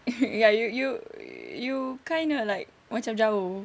ya you you you kinda like macam jauh